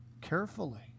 carefully